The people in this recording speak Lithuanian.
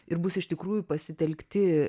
ir bus iš tikrųjų pasitelkti